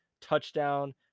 touchdown